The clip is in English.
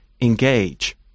engage